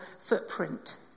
footprint